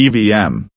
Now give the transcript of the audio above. EVM